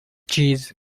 cheese